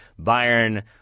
Bayern